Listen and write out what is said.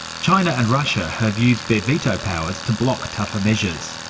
china and russia have used their veto powers to block tougher measures.